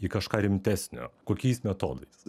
į kažką rimtesnio kokiais metodais